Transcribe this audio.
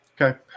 Okay